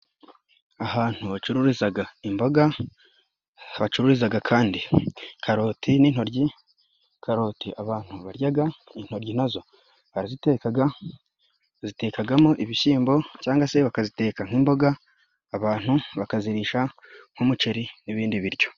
Ahantu bacururizaga imboga, bacururizaga kandi karote n'intoryi. Karoti abantu baryaga, intoryi nazo barazitekaga bazitekagamo ibishyimbo cyangwa se bakaziteka nk'imboga, abantu bakazirisha nk'umuceri n'ibindi biryo.